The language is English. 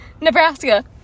Nebraska